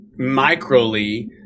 microly